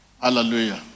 Hallelujah